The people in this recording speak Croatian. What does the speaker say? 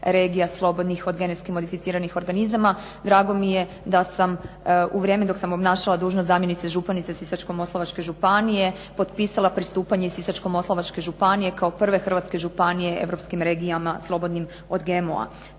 regija slobodnih od genetski modificiranih organizama. Drago mi je da sam u vrijeme dok sam obnašala dužnost zamjenice županice Sisačko-moslavačke županije potpisala pristupanje i Sisačko-moslavačke županije kao prve hrvatske županije europskim regijama slobodnim od GMO-a.